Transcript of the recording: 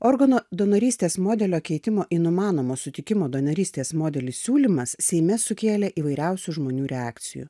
organų donorystės modelio keitimo į numanomo sutikimo donorystės modelį siūlymas seime sukėlė įvairiausių žmonių reakcijų